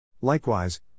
Likewise